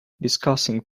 discussing